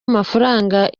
amafaranga